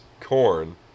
corn